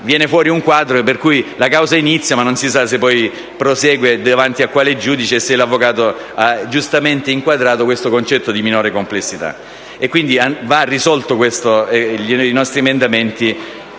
Viene fuori un quadro per cui la causa inizia, ma non si sa se poi prosegua e davanti a quale giudice e se l'avvocato abbia giustamente inquadrato questo concetto di minore complessità. Dunque, i nostri emendamenti